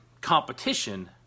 competition